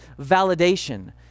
validation